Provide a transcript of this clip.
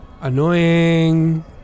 annoying